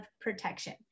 protection